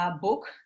book